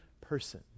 person